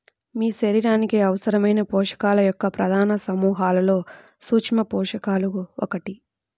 మీ శరీరానికి అవసరమైన పోషకాల యొక్క ప్రధాన సమూహాలలో సూక్ష్మపోషకాలు ఒకటి